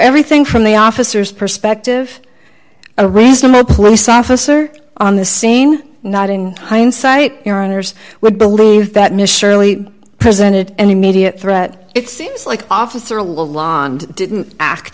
everything from the officers perspective a reasonable police officer on the scene not in hindsight your honour's would believe that mr lee presented an immediate threat it seems like officer along didn't act